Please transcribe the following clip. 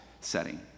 setting